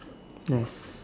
nice